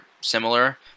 similar